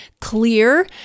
clear